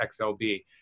XLB